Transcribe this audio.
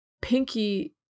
Pinky